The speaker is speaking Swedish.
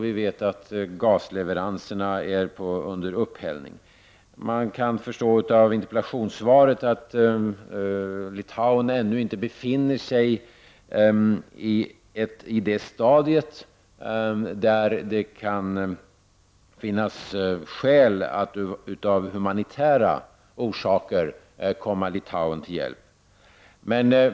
Vi vet att gasleveranserna är under upphällning. Jag kan förstå av interpellationssvaret att Litauen ännu inte befinner sig i det stadiet att man av humanitära orsaker bör komma Litauen till hjälp.